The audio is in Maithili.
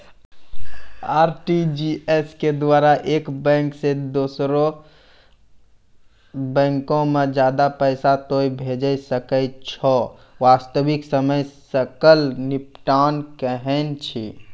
आर.टी.जी.एस के द्वारा एक बैंक से दोसरा बैंको मे ज्यादा पैसा तोय भेजै सकै छौ वास्तविक समय सकल निपटान कहै छै?